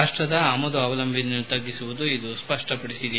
ರಾಷ್ಲದ ಆಮದು ಅವಲಂಬನೆಯನ್ನು ತಗ್ಗಿಸುವುದನ್ನು ಇದು ಸ್ವಪ್ಪಡಿಸಿದೆ